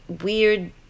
weird